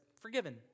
forgiven